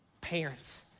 Parents